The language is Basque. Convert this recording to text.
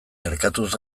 erkatuz